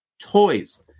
toys